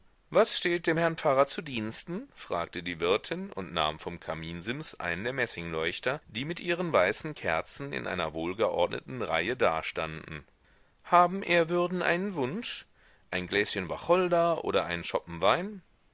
was steht dem herrn pfarrer zu diensten fragte die wirtin und nahm vom kaminsims einen der messingleuchter die mit ihren weißen kerzen in einer wohlgeordneten reihe dastanden haben ehrwürden einen wunsch ein gläschen wacholder oder einen schoppen wein